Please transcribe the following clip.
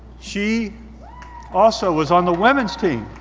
she also was on the women's team.